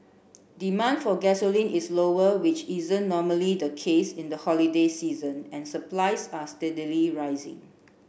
demand for gasoline is lower which isn't normally the case in the holiday season and supplies are steadily rising